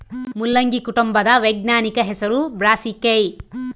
ಮುಲ್ಲಂಗಿ ಕುಟುಂಬದ ವೈಜ್ಞಾನಿಕ ಹೆಸರು ಬ್ರಾಸಿಕೆಐ